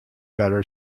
better